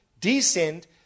descend